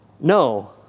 No